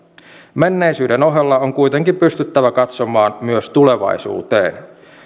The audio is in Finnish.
menneisyyden ohella on kuitenkin pystyttävä katsomaan myös tulevaisuuteen